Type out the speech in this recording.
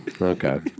Okay